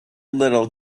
little